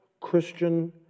Christian